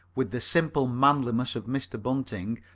with the simple manliness of mr. bunting,